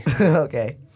Okay